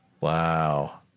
Wow